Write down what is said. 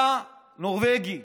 היה נורבגי,